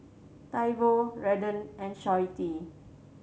Toivo Redden and Shawnte